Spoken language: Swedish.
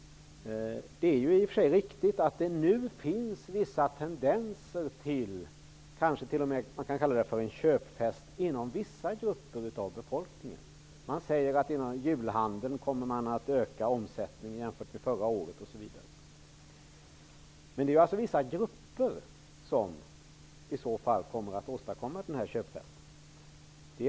Det är i och för sig riktigt att det nu finns vissa tendenser till en köpfest inom vissa grupper av befolkningen. Det sägs att omsättningen inom julhandeln har ökat jämfört med förra året. Men det är i så fall vissa grupper som åstadkommer denna köpfest.